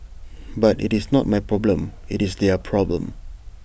but IT is not my problem IT is their problem